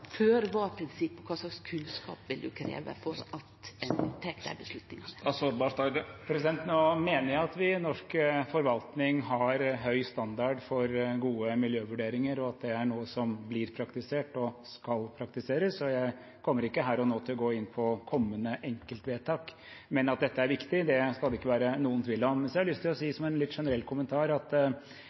kunnskap vil han krevje for at ein skal ta dei avgjerdene? Jeg mener at vi i norsk forvaltning har høy standard for gode miljøvurderinger, og at det er noe som blir praktisert og skal praktiseres. Jeg kommer ikke her og nå til å gå inn på kommende enkeltvedtak, men at dette er viktig, skal det ikke være noen tvil om. Så har jeg lyst til å si – som en litt generell kommentar – at